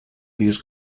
these